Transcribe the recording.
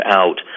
out